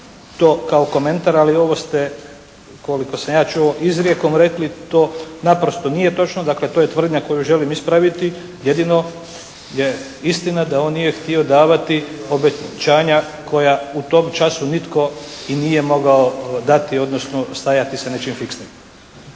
to kao komentar ali ovo ste koliko ja sam čuo izrijekom rekli. To naprosto nije točno. Dakle, to je tvrdnja koju želim ispraviti. Jedino je istina da on nije htio davati obećanja koja u tom času nitko i nije mogao dati odnosno stajati sa nečim fiksnim.